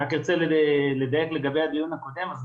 אני רק רוצה לדייק לגבי הדיון הקודם,